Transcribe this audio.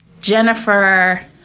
Jennifer